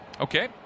Okay